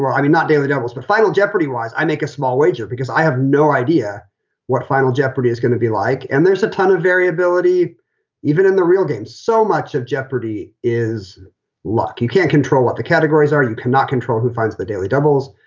well, i mean, not daily devils, but final jeopardy wise. i make a small wager because i have no idea what final jeopardy is gonna be like. and there's a ton of variability even in the real game. so much of jeopardy is luck. you can't control what the categories are. you cannot control who finds the daily doubles.